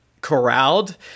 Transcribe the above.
corralled